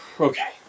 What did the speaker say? Okay